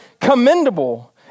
commendable